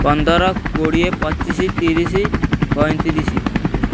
ପନ୍ଦର କୋଡ଼ିଏ ପଚିଶ ତିରିଶ ପଇଁତିରିଶ